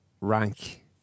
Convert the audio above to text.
rank